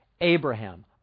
Abraham